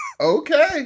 Okay